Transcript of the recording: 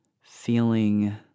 feeling